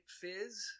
fizz